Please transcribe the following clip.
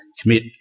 commit